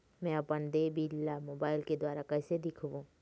मैं अपन देय बिल ला मोबाइल के द्वारा कइसे देखबों?